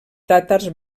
tàtars